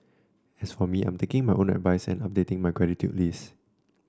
as for me I am taking my own advice and updating my gratitude list